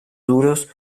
duros